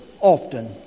often